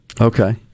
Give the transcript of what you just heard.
Okay